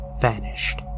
vanished